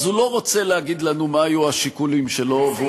אז הוא לא רוצה להגיד לנו מה היו השיקולים שלו,